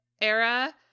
era